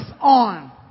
on